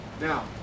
Now